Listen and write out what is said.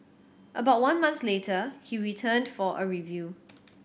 about one month later he returned for a review